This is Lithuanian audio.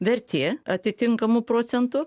vertė atitinkamu procentu